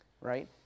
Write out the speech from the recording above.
right